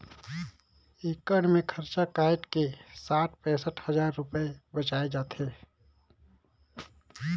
एकड़ मे खरचा कायट के साठ पैंसठ हजार रूपिया बांयच जाथे